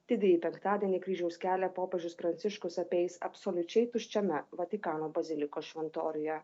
didįjį penktadienį kryžiaus kelią popiežius pranciškus apeis absoliučiai tuščiame vatikano bazilikos šventoriuje